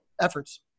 efforts